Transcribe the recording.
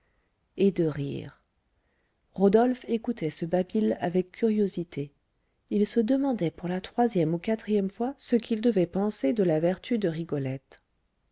et de rire rodolphe écoutait ce babil avec curiosité il se demandait pour la troisième ou quatrième fois ce qu'il devait penser de la vertu de rigolette